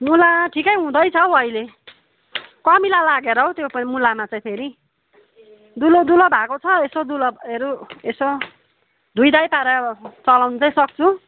मुला ठिकै हुँदैछ हौ अहिले कमिला लागेर हौ त्यो पनि मुलामा चाहिँ फेरि दुलोदुलो भएको छ यसो दुलोहेरू यसो धुइधाइ पारेर चलाउनु चाहिँ सक्छु